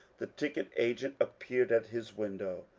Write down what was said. the ticket-agent appeared at his window.